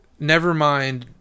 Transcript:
Nevermind